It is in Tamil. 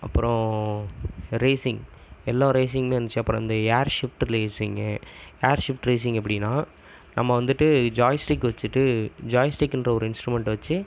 அப்புறம் ரேஸிங் எல்லா ரேஸிங்கும் இருந்துச்சு அப்புறம் இந்த air shift racing air shift racing எப்படின்னா நம்ம வந்துகிட்டு ஜாய் ஸ்டிக் வச்சுட்டு ஜாய் ஸ்டிக்குன்ற ஒரு இன்ஸ்ட்ருமென்ட்டை வச்சு